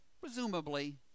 presumably